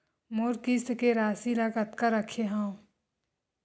मोर किस्त के राशि ल कतका रखे हाव?